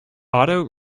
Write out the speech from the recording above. auto